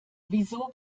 wieso